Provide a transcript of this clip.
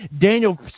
daniel